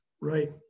right